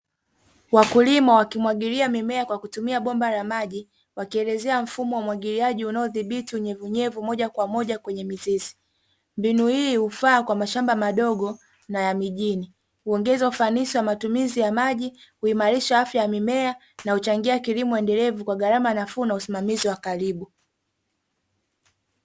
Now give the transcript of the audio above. wakulima wakimwagilia mimea kwa kutumia bomba la maji, wakielezea mfumo wa umwagiliaji unaodhibiti wenye unyevunyevu moja kwa moja kwenye mizizi. Mbinu hii hufaa kwa mashamba madogo na ya mijini, kuongeza ufanisi wa matumizi ya maji, kuimarisha afya ya mimea na huchangia kilimo endelevu kwa gharama nafuu na usimamizi wa karibu.